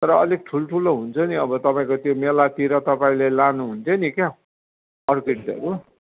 तर अलिक ठुल्ठुलो हुन्छ नि अब तपाईँको त्यो मेलातिर तपाईँले लानु हुन्थ्यो नि क्या अर्किडहरू